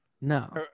No